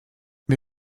wir